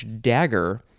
dagger